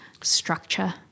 structure